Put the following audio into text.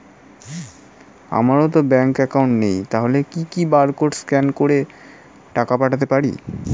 আমারতো bank account নেই তাহলে কি কি বারকোড স্ক্যান করে টাকা পাঠাতে পারি?